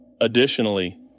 Additionally